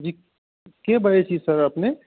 जी के बजै छी सर अपने